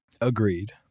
Agreed